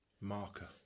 marker